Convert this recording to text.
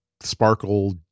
sparkle